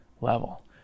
level